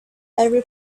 every